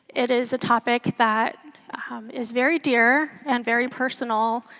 it is a topic that is very dear and very personal.